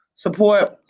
Support